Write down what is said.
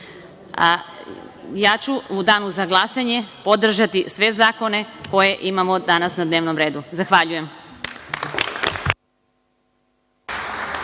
danu za glasanje, ja ću podržati sve zakone koje imamo danas na dnevnom redu. Zahvaljujem.